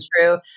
true